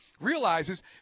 realizes